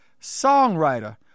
songwriter